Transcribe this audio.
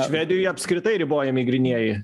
švedijoj apskritai ribojami grynieji